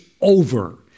over